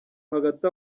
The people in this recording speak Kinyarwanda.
hagati